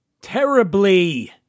Terribly